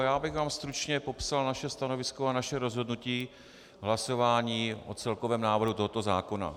Já bych jenom stručně popsal naše stanovisko a naše rozhodnutí v hlasování o celkovém návrhu tohoto zákona.